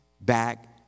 back